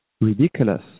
ridiculous